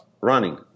running